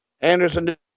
Anderson